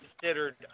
considered